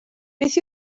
beth